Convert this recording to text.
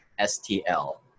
STL